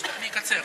אני אקצר.